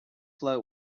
floor